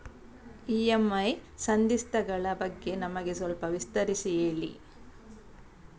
EMI ಸಂಧಿಸ್ತ ಗಳ ಬಗ್ಗೆ ನಮಗೆ ಸ್ವಲ್ಪ ವಿಸ್ತರಿಸಿ ಹೇಳಿ